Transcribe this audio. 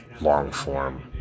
long-form